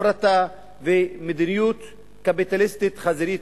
הפרטה ומדיניות קפיטליסטית חזירית,